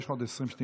יש לך עוד 20 שניות.